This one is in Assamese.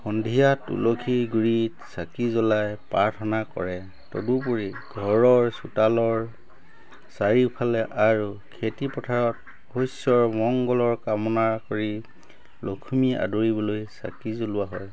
সন্ধিয়া তুলসীৰ গুৰিত চাকি জ্বলাই প্ৰাৰ্থনা কৰে তদুপৰি ঘৰৰ চোতালৰ চাৰিওফালে আৰু খেতিপথাৰত শস্যৰ মংগলৰ কামনা কৰি লখিমী আদৰিবলৈ চাকি জ্বলোৱা হয়